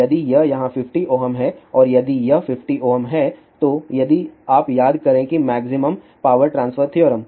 यदि यह यहां 50 Ω है और यदि यह 50 Ω है तो यदि आप याद करें कि मैक्सिमम पावर ट्रांसफर थ्योरम